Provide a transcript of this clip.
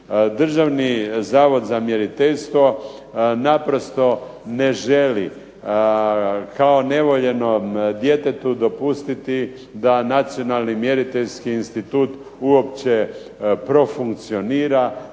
Državni zavod za mjeriteljstvo naprosto ne želi, kao nevoljenom djetetu, dopustiti da Nacionalni mjeriteljski institut uopće profunkcionira,